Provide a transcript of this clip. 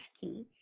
key